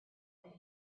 that